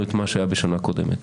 נרצחו יותר מכל מה שנרצחו בשנה הקודמת.